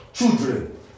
Children